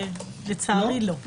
לצערי לא.